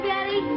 Daddy